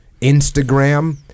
Instagram